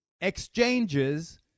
exchanges